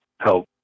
help